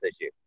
issue